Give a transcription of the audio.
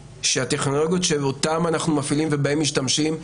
שהטכנולוגיות שאותן אנחנו מפעילים ובהן משתמשים הן,